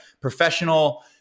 professional